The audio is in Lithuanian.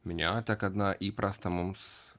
minėjote kad na įprasta mums